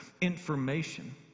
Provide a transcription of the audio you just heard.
information